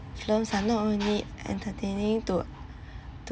films are not only entertaining to